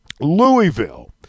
Louisville